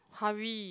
hurry